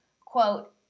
quote